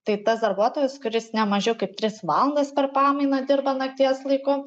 tai tas darbuotojas kuris nemažiau kaip tris valandas per pamainą dirba nakties laiku